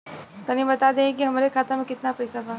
तनि बता देती की हमरे खाता में कितना पैसा बा?